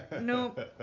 No